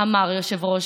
אמר יושב-ראש